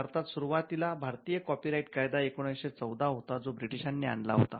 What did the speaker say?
भारतात सुरुवातीला भारतीय कॉपीराइट कायदा १९१४ होता जो ब्रिटीशांनी आणला होता